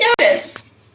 notice